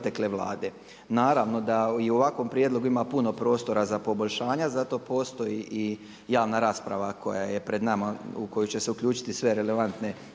Naravno da i u ovakvom prijedlogu ima puno prostora za poboljšanje. Zato postoji i javna rasprava koja je pred nama u koju će se uključiti sve relevantne